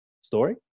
story